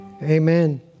Amen